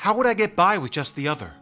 how would i get by with just the other